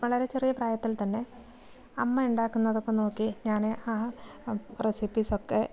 വളരെ ചെറിയ പ്രായത്തിൽ തന്നെ അമ്മയുണ്ടാക്കുന്നതൊക്കെ നോക്കി ഞാൻ ആ റെസിപ്പീസ് ഒക്കെ